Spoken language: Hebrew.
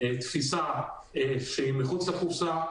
תפיסה שהיא מחוץ לקופסה,